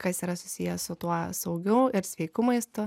kas yra susiję su tuo saugiu ir sveiku maistu